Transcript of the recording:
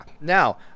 Now